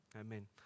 Amen